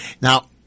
Now